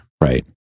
Right